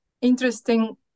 interesting